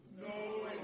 No